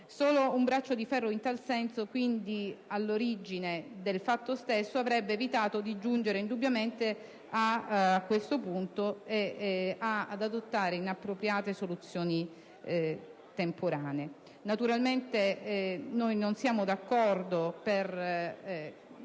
Solo un braccio di ferro in tal senso, quindi all'origine del fatto stesso, avrebbe evitato di giungere indubbiamente a questo punto e di adottare inappropriate soluzioni temporanee. Naturalmente non siamo d'accordo, nello